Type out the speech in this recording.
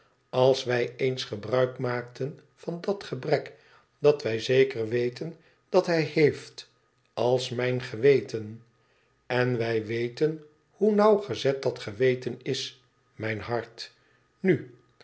als wij eens gebruik maakten van dat gebrek dat wij zeker weten dat hij heeft als mijn geweten n wij weten hoe nauwgezet dat geweten is mijn hart nu